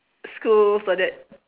schools all that